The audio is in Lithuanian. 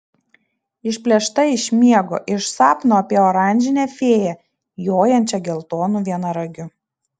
išplėšta iš miego iš sapno apie oranžinę fėją jojančią geltonu vienaragiu